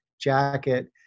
jacket